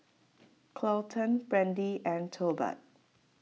Carlton Brandee and Tolbert